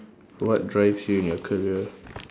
what drives you in your career